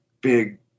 big